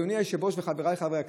אדוני היושב-ראש וחבריי חברי הכנסת,